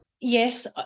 Yes